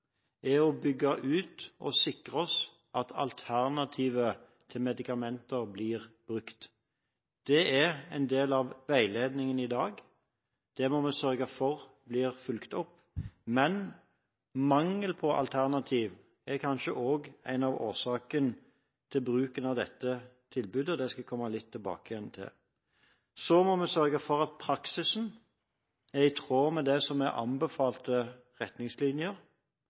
er å bygge ut og sikre seg at det blir brukt alternativer til medikamenter. Det er en del av veiledningen i dag, og det må vi sørge for blir fulgt opp. Men mangelen på alternativ er kanskje også en av årsakene til bruken av dette tilbudet. Det skal jeg komme litt tilbake til. Så må vi sørge for at praksisen er i tråd med det som er anbefalte retningslinjer.